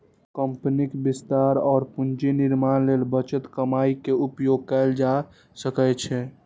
कंपनीक विस्तार और पूंजी निर्माण लेल बचल कमाइ के उपयोग कैल जा सकै छै